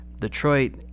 Detroit